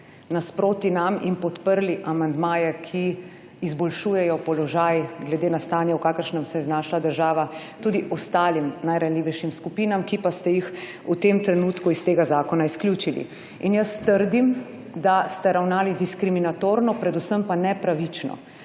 nasproti nam in podprli amandmaje, ki izboljšujejo položaj glede na stanje v kakršnem se je znašla država tudi ostalim najranljivejšim skupinam, ki pa ste jih v tem trenutku iz tega zakona izključili in jaz trdim, da ste ravnali diskriminatorno predvsem pa nepravično.